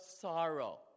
sorrow